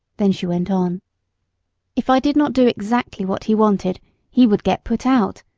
then she went on if i did not do exactly what he wanted he would get put out,